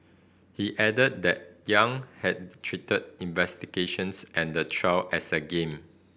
he added that Yang had treated investigations and the trial as a game